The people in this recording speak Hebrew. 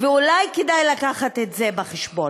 ואולי כדאי לקחת את זה בחשבון.